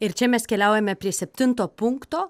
ir čia mes keliaujame prie septinto punkto